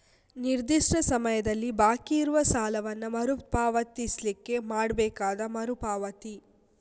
ನಿರ್ದಿಷ್ಟ ಸಮಯದಲ್ಲಿ ಬಾಕಿ ಇರುವ ಸಾಲವನ್ನ ಮರು ಪಾವತಿಸ್ಲಿಕ್ಕೆ ಮಾಡ್ಬೇಕಾದ ಮರು ಪಾವತಿ